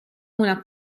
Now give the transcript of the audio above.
una